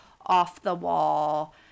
off-the-wall